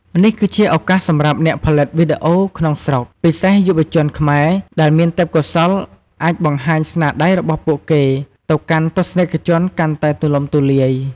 នេះជាឱកាសសម្រាប់អ្នកផលិតវីដេអូក្នុងស្រុក ពិសេសយុវជនខ្មែរ ដែលមានទេពកោសល្យអាចបង្ហាញស្នាដៃរបស់ពួកគេទៅកាន់ទស្សនិកជនកាន់តែទូលំទូលាយ។